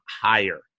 higher